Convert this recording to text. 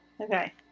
Okay